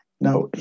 Now